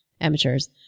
amateurs